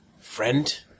Friend